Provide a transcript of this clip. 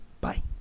Bye